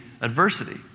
adversity